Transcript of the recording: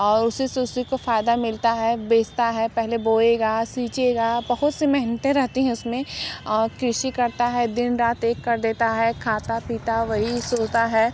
और उसी से उसी को फ़ायदा मिलता है बेचता है पहले बोएगा सींचेगा बहुत से मेहनतें रहतीं हैं उसमें और कृषि करता है दिन रात एक कर देता है खाता पीता वही सोता है